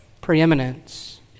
preeminence